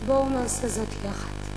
בואו נעשה זאת יחד.